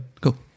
Cool